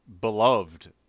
beloved